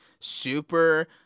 super